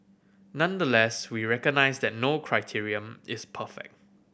nonetheless we recognise that no criterion is perfect